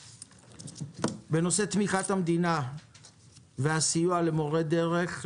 בנושא תמיכת המדינה והסיוע למורי הדרך,